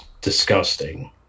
disgusting